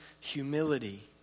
humility